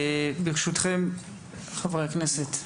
ברשותכם חברי הכנסת,